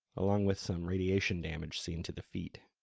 along with some radiation damage seen to the feet.